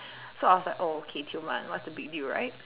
so I was like oh okay Tioman what's the big deal right